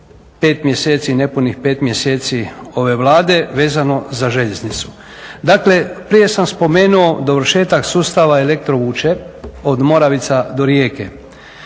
5 mjeseci, nepunih 5 mjeseci ove Vlade vezano za željeznicu? Dakle, prije sam spomenuo dovršetak sustava ekektro vuče, od Moravica do Rijeke.